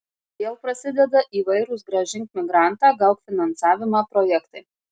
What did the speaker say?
vėl prasideda įvairūs grąžink migrantą gauk finansavimą projektai